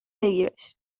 بگیرش